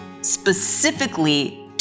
specifically